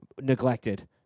neglected